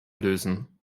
lösen